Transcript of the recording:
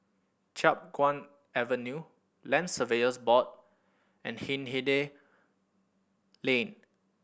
Chiap Guan Avenue Land Surveyors Board and Hindhede Lane